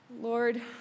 Lord